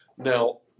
Now